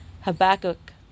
Habakkuk